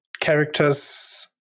characters